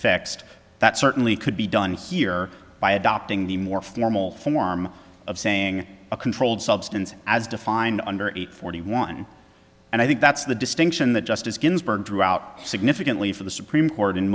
fixed that certainly could be done here by adopting the more formal form of saying a controlled substance as defined under eight forty one and i think that's the distinction that justice ginsburg throughout significantly for the supreme court in